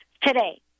Today